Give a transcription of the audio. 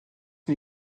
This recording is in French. une